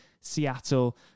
Seattle